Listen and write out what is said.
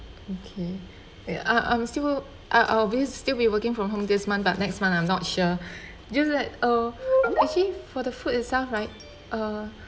okay I'm I'm still I'll I'll be still be working from home this month but next month I'm not sure just that uh actually for the food itself right uh